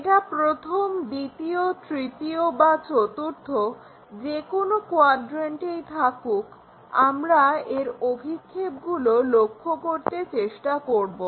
এটা প্রথম দ্বিতীয় তৃতীয় বা চতুর্থ যেকোনো কোয়াড্রেন্টেই থাকুক আমরা এর অভিক্ষেপগুলো লক্ষ্য করতে চেষ্টা করব